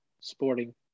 Sporting